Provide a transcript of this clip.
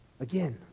Again